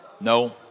No